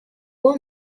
war